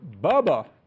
Bubba